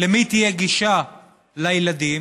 למי תהיה גישה לילדים